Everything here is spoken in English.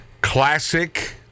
classic